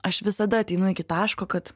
aš visada ateinu iki taško kad